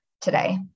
today